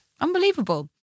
Unbelievable